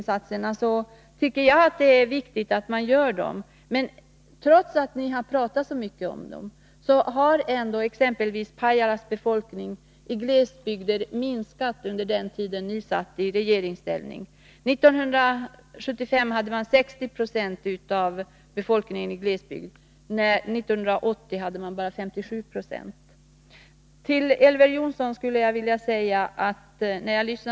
Jag tycker att det är viktigt att glesbygdsinsatser görs. Trots att ni talat så mycket om glesbygdsinsatser, har exempelvis Pajalas befolkning under den tid centern var i regeringsställning minskat. År 1975 fanns 60 96 av befolkningen i glesbygder mot endast 57 90 år 1980.